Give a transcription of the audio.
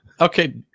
Okay